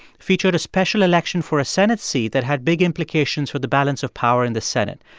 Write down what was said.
featured a special election for a senate seat that had big implications for the balance of power in the senate.